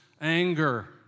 anger